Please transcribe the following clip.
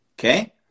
Okay